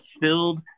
filled